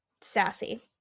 sassy